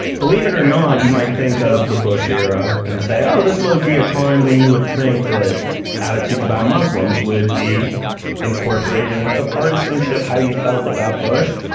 believe it or not, you might think of the bush era and say oh, this would be a time when you would think that attitudes about muslims would be incorporated into partisanship, how you felt about bush.